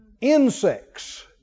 Insects